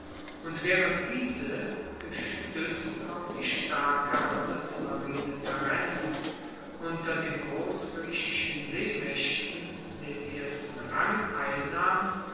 und waehrend diese gestuetzt auf die starke handelsmarine tarents unter den grossgriechischen seemaechten den ersten rang einnahm